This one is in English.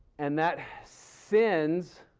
and that sends